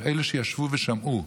אלה שישבו ושמעו.